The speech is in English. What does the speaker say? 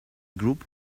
group